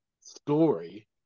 story